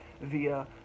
via